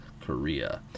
Korea